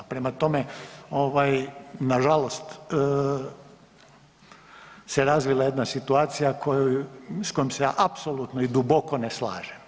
Prema tome, na žalost se razvila jedna situacija sa kojom se ja apsolutno i duboko ne slažem.